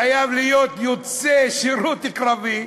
חייבים להיות יוצא שירות קרבי.